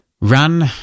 run